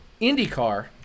IndyCar